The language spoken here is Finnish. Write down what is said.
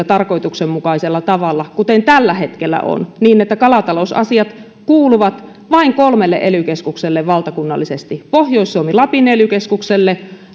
tarkoituksenmukaisella tavalla kuten tällä hetkellä on niin että kalatalousasiat kuuluvat vain kolmelle ely keskukselle valtakunnallisesti pohjois suomi lapin ely keskukselle